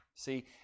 See